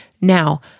Now